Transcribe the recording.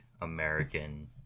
American